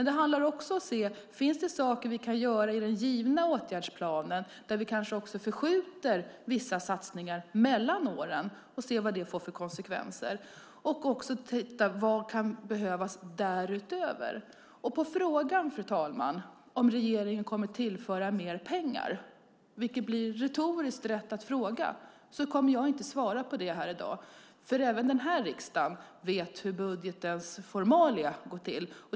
Det handlar också om att se om det finns saker som vi kan göra i den givna åtgärdsplanen, där vi kanske förskjuter vissa satsningar mellan åren och ser vad det får för konsekvenser. Vi tittar också närmare på vad som kan behövas därutöver. Fru talman! Frågan om regeringen kommer att tillföra mer pengar, vilket blir retoriskt rätt att fråga, kommer jag inte att svara på i dag. Även den här riksdagen vet hur budgetens formalia går till.